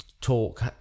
talk